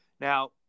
Now